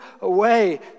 away